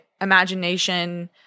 imagination